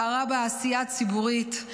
בערה בה עשייה ציבורית,